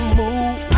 move